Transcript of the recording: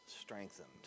strengthened